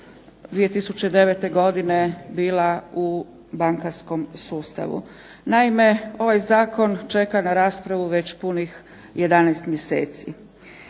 2009. godine bila u bankarskom sustavu. Naime, ovaj zakon čeka na raspravu već punih 11 mjeseci.